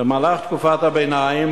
במהלך תקופת הביניים,